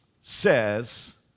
says